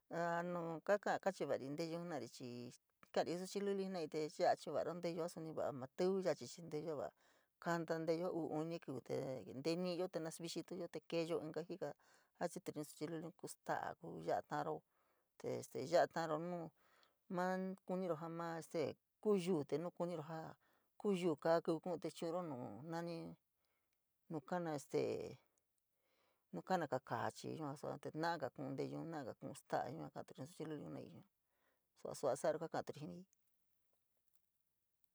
A kaka nu chivari nteyun chii kari jii suchiluliun jenaii te sia chu’un varo nteyuu suni vaa ma tívi yaa chinteyo nteyuua va kanta nteyua uu, uni kiuu tee nteni’iyo te naxivixiyo chu’unyo te keeyo inka jika a chituri jiin suchiluliun ya’a kuu taaro te este taro nuu, maa kuniro jaa maa este kuu yuu nu este kuniro jaa kuu kaa kiuu ku’un te chu’uro nu nani nu kana este nu kanaga kaa este chii yua saa te naaga kuu ntuyuun, nu na’aga ku’un staa yua ka’atuyo jii suchi luliun jenoii yua sua’a, sus’a saro kaaturi jiin.